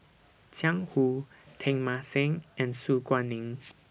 Jiang Hu Teng Mah Seng and Su Guaning